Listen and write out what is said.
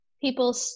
people